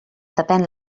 depén